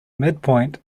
midpoint